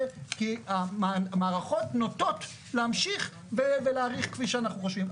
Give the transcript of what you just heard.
כי המערכות נוטות להמשיך ולהאריך כפי שאנחנו חושבים.